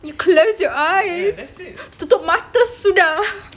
you close your eyes tutup mata sudah